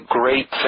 great